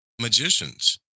magicians